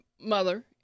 mother